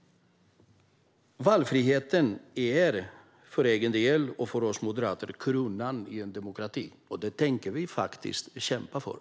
Valfriheten är för oss moderater kronan i en demokrati. Det tänker vi kämpa för.